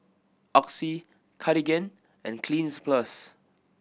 Oxy Cartigain and Cleanz Plus